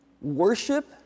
Worship